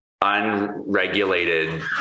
unregulated